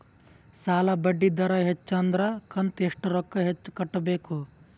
ಸಾಲಾ ಬಡ್ಡಿ ದರ ಹೆಚ್ಚ ಆದ್ರ ಕಂತ ಎಷ್ಟ ರೊಕ್ಕ ಹೆಚ್ಚ ಕಟ್ಟಬೇಕು?